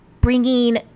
bringing